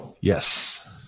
Yes